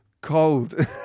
cold